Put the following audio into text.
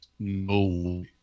no